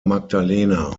magdalena